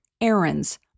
errands